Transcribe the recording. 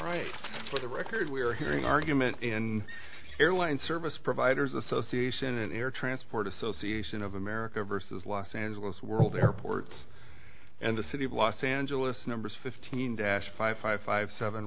right the record we're hearing argument in airline service providers association an air transport association of america versus los angeles world airports and the city of los angeles numbers fifteen dash five five five seven